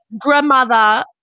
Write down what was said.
grandmother